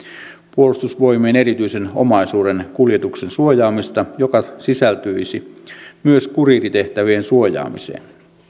puolustusvoimien erityisen omaisuuden kuljetuksen suojaamista joka sisältyisi myös kuriiritehtävien suojaamiseen